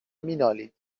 مینالید